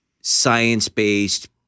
science-based